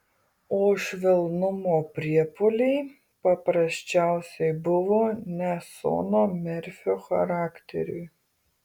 o švelnumo priepuoliai paprasčiausiai buvo ne sono merfio charakteriui